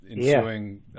ensuing